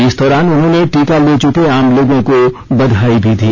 इस दोरान उन्होंने टीका ले चुके आम लोगों को बधाई भी दी